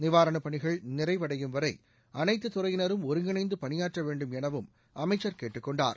நிவாரணப் பணிகள் நிறைவடயும் வரை அனைத்துத் துறையினரும் ஒருங்கிணைந்து பணியாற்ற வேண்டும் எனவும் அமைச்சர் கேட்டுக்கொண்டார்